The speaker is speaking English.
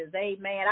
amen